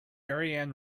ariane